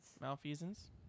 Malfeasance